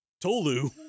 Tolu